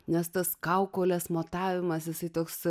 nes tas kaukolės matavimasis toks